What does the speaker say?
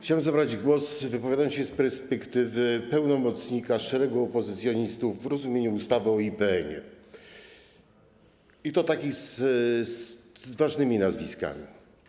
Chciałem zabrać głos, wypowiadając się z perspektywy pełnomocnika szeregu opozycjonistów w rozumieniu ustawy o IPN-ie, i to takich z ważnymi nazwiskami.